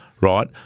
Right